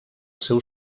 seu